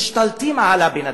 משתלטות על הבן-אדם.